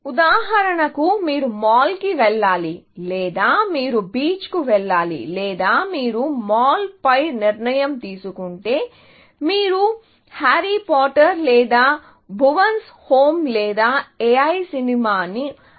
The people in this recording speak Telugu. ఉదాహరణకు మీరు మాల్కు వెళ్లాలి లేదా మీరు బీచ్కు వెళ్లాలి లేదా మీరు మాల్పై నిర్ణయం తీసుకుంటే మీరు హ్యారీ పాటర్ లేదా భువాన్స్ హోమ్ లేదా A I సినిమాను ఎంచుకోవాలి